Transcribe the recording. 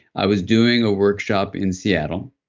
i was doing a workshop in seattle,